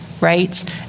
right